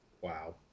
Wow